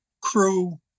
crew